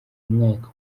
umwaka